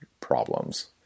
problems